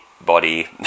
body